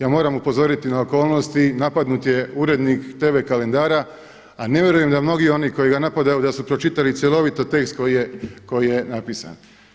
Ja moram upozoriti na okolnosti napadnut je urednik Tv kalendara a ne vjerujem da mnogi oni koji ga napadaju da su pročitali cjelovito tekst koji je napisan.